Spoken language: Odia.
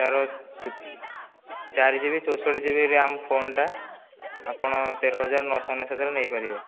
ତାର ଚାରି ଜିବି ଚଉଷଠି ଜିବି ରାମ୍ ଫୋନ୍ ଟା ଆପଣ ତେର ହଜାର ନଅଶ ଅନେଶତରେ ନେଇପାରିବେ